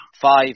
Five